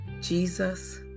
jesus